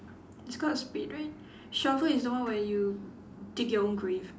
it's called a spade right shovel is the one where you dig your own grave